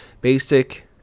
basic